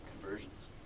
conversions